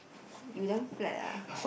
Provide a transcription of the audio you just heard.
you damn flat ah